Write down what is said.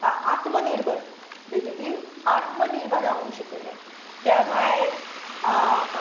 आ आत्मनिर्भर बेजिक्ली आत्मनिर्भर रावंक शिकयलें त्या भायर